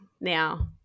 now